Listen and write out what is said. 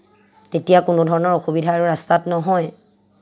তেতিয়া কোনো ধৰণৰ অসুবিধা আৰু ৰাস্তাত নহয়